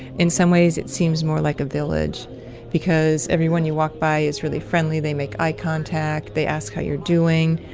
in some ways, it seems more like a village because everyone you walk by is really friendly. they make eye contact. they ask how you're doing.